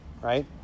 right